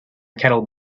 cattle